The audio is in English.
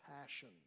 passion